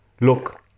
look